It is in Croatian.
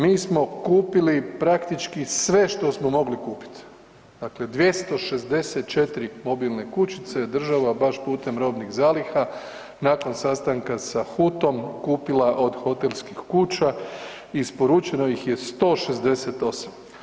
Mi smo kupili praktički sve što smo mogli kupiti, dakle 264 mobilne kućice je država baš putem robnih zaliha nakon sastanka sa HUT-om kupila od hotelskih kuća, isporučeno ih je 168.